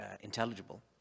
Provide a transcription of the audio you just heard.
intelligible